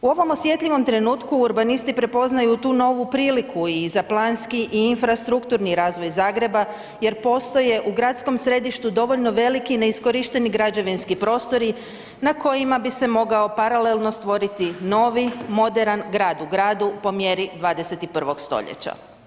U ovom osjetljivom trenutku urbanisti prepoznaju tu novu priliku i za planski i infrastrukturni razvoj Zagreba jer postoje u gradskom središtu dovoljno veliki neiskorišteni građevinski prostori na kojima bi se mogao paralelno stvoriti novi moderan grad u gradu po mjeri 21. stoljeća.